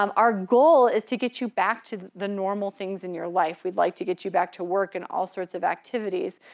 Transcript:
um our goal is to get you back to the normal things in your life. we'd like to get you back to work and all sorts of activities,